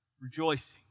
rejoicing